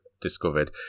discovered